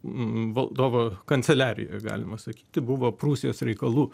valdovo kanceliarijoj galima sakyti buvo prūsijos reikalų